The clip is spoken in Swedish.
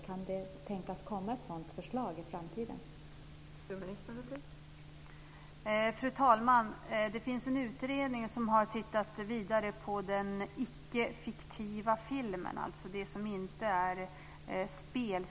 Kan det tänkas komma ett sådant förslag i framtiden?